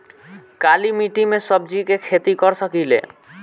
काली मिट्टी में सब्जी के खेती कर सकिले?